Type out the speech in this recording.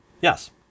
Yes